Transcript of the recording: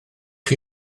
chi